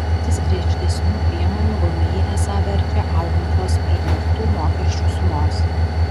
imtis griežtesnių priemonių vmi esą verčia augančios pradelstų mokesčių sumos